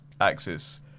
axis